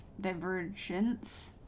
divergence